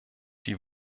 die